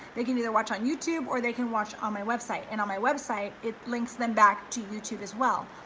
they can either watch on youtube or they can watch on my website and on my website, it links them back to youtube as well,